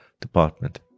department